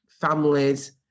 families